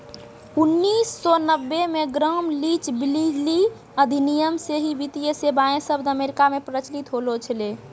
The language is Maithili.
उन्नीस सौ नब्बे मे ग्राम लीच ब्लीली अधिनियम से ही वित्तीय सेबाएँ शब्द अमेरिका मे प्रचलित होलो छलै